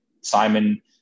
Simon